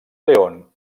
león